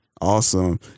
awesome